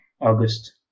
August